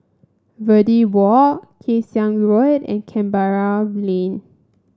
Verde Walk Kay Siang Road and Canberra Lane